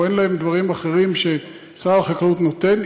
או אין להם דברים אחרים ששר החקלאות נותן.